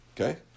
okay